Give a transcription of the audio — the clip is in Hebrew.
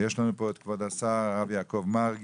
יש לנו פה את כבוד השר, הרב יעקב מרגי.